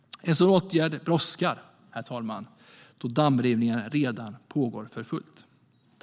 En sådan åtgärd brådskar, herr talman, då dammrivningar redan pågår för fullt.